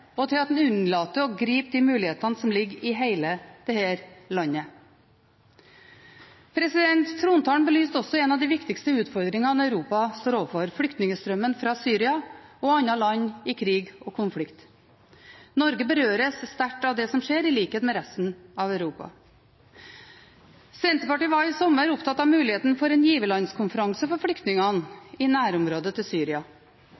og til at en unnlater å gripe de mulighetene som ligger i hele dette landet. Trontalen belyste også en av de viktigste utfordringene Europa står overfor – flyktningestrømmen fra Syria og andre land i krig og konflikt. Norge berøres sterkt av det som skjer, i likhet med resten av Europa. Senterpartiet var i sommer opptatt av muligheten for en giverlandskonferanse for flyktningene i nærområdet til Syria.